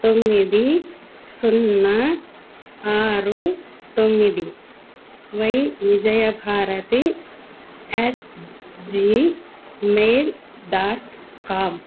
తొమ్మిది సున్నా ఆరు తొమ్మిది Y Vijayabharati at Gmail dot com